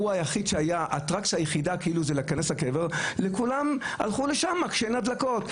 האטרקציה היחידה היא להיכנס לקבר וכולם הלכו לשם כשאין הדלקות.